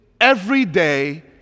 everyday